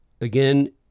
Again